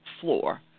floor